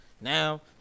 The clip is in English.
Now